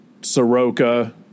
Soroka